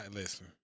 listen